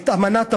את אמנת הפליט.